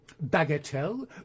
bagatelle